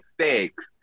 six